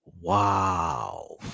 Wow